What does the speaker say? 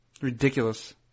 Ridiculous